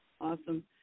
awesome